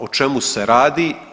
O čemu se radi?